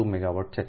2 megawatt છે